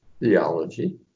theology